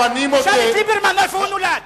תשאל את ליברמן איפה הוא נולד.